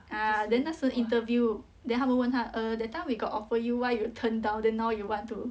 ah then 那时 interview then 他们问他 err that time we got offer you why you turn down then now you want to